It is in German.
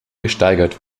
gesteigert